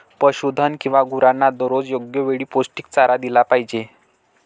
पशुधन किंवा गुरांना दररोज योग्य वेळी पौष्टिक चारा दिला पाहिजे